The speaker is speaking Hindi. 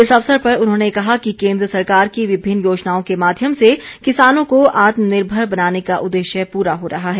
इस अवसर पर उन्होंने कहा कि केन्द्र सरकार की विभिन्न योजनाओं के माध्यम से किसानों को आत्मनिर्भर बनाने का उद्देश्य पूरा हो रहा है